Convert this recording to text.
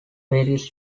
various